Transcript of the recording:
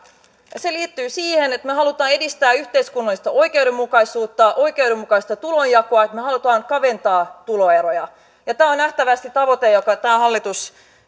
se liittyy siihen että me haluamme edistää yhteiskunnallista oikeudenmukaisuutta oikeudenmukaista tulonjakoa me haluamme kaventaa tuloeroja ja tämä on nähtävästi tavoite jota tämä hallitus